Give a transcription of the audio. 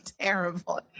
terrible